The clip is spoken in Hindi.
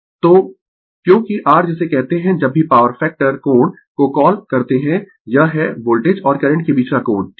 तो क्योंकि r जिसे कहते है जब भी पॉवर फैक्टर कोण को कॉल करते है यह है वोल्टेज और करंट के बीच का कोण ठीक है